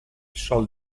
sol